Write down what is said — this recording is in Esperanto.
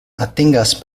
atingas